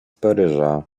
paryża